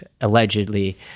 allegedly